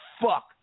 fuck